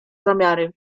zamiary